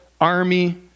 army